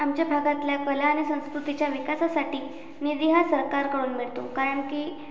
आमच्या भागातल्या कला आणि संस्कृतीच्या विकासासाठी निधी हा सरकारकडून मिळतो कारण की